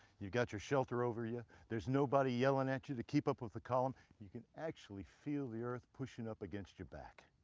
you've got your shelter over ya, there's nobody yellin' at ya to keep up with the column, you can actually feel the earth pushin' up against your back.